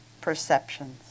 perceptions